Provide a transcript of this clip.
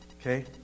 Okay